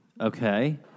Okay